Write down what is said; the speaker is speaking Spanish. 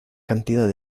cantidad